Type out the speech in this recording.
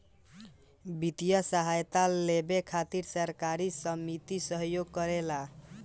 वित्तीय सहायता लेबे खातिर सहकारी समिति सहयोग करेले